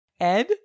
Ed